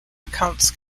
accounts